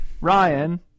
Ryan